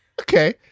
Okay